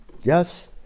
Yes